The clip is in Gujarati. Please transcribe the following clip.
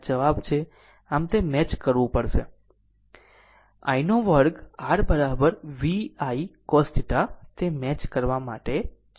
આમ તે મેચ કરવું પડશે I વર્ગ r V I cos theta તે મેચ કરવા માટે છે